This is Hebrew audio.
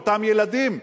לאותם ילדים.